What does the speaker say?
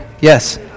Yes